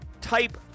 type